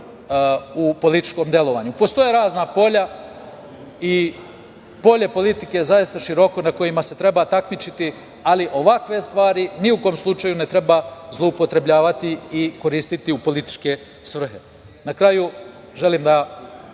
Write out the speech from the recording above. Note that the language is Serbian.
u političkom delovanju. Postoje razna polja, i polje politike je zaista široko, na kojima se treba takmičiti, ali ovakve stvari ni u kom slučaju ne treba zloupotrebljavati i koristiti u političke svrhe. Na kraju želim da